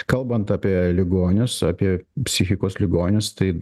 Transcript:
kalbant apie ligonius apie psichikos ligonius tai